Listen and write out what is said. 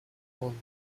полным